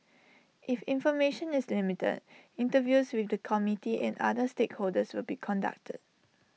if information is limited interviews with the community and other stakeholders will be conducted